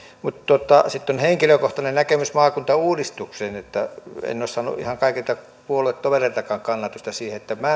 mutta sitten on henkilökohtainen näkemys maakuntauudistukseen en ole saanut ihan kaikilta puoluetovereiltakaan kannatusta siihen se että minä